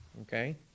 okay